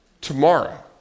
tomorrow